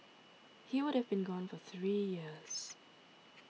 he would have been gone for three years